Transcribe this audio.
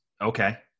Okay